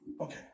Okay